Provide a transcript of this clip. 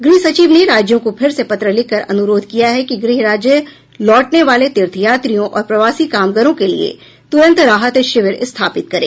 गृह सचिव ने राज्यों को फिर से पत्र लिखकर अनुरोध किया है कि गृह राज्य लौटने वाले तीर्थ यात्रियों और प्रवासी कामगारों के लिए तुरंत राहत शिविर स्थापित करें